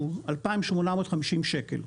הוא 2,850 שקלים.